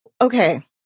Okay